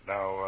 Now